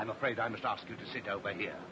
i'm afraid i must ask you to sit over here